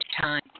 time